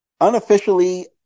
Unofficially